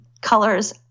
colors